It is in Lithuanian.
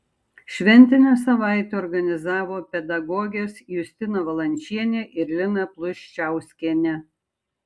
šventinę savaitę organizavo pedagogės justina valančienė ir lina pluščiauskienė